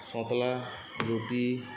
ସଁତ୍ଲା ରୁଟିି